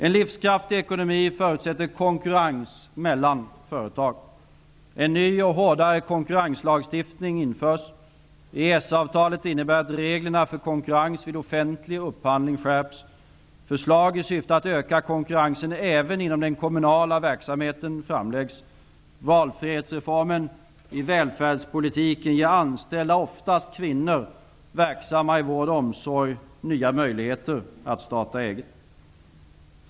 En livskraftig ekonomi förutsätter konkurrens mellan företag. En ny och hårdare konkurrenslagstiftning införs. EES-avtalet innebär att reglerna för konkurrens vid offentlig upphandling skärps. Förslag i syfte att öka konkurrensen även inom den kommumnala verksamheten framläggs. Valfrihetsreformerna i välfärdspolitiken ger anställda, oftast kvinnor, verksamma inom vård och omsorg nya möjligheter att starta eget.